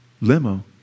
limo